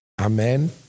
Amen